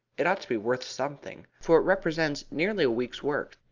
it ought to be worth something, for it represents nearly a week's work.